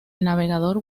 navegador